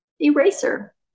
eraser